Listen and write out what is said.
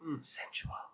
Sensual